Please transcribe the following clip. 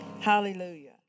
Hallelujah